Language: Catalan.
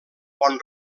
bon